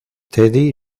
teddy